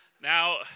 Now